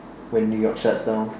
when New York shuts down